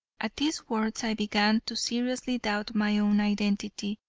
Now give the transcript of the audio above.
at these words i began to seriously doubt my own identity,